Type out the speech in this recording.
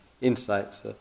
insights